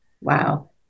Wow